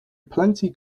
plenty